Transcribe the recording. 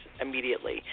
immediately